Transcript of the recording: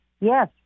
Yes